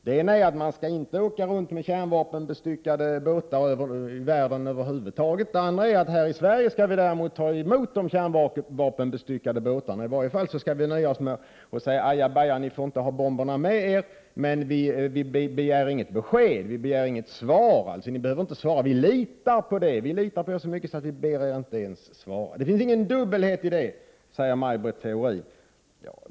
Den ena är att man inte skall åka runt i världen med kärnvapenbestyckade båtar över huvud taget, den andra är att vi här i Sverige skall ta emot de kärnbestyckade båtarna — i varje fall skall vi nöja oss med att säga: Aja baja, ni får inte ha bomberna med er, men vi begär inget svar. Vi litar på er så mycket att vi ber er inte ens svara. Det finns ingen dubbelhet i det, säger Maj Britt Theorin.